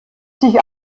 sich